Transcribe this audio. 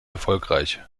erfolgreich